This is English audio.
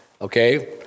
okay